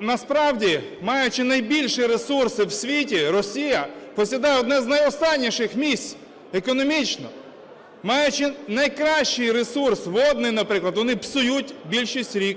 насправді, маючи найбільші ресурси в світі, Росія посідає одне з найостанніших місць економічно, маючи найкращий ресурс водний, наприклад, вони псують більшість рік.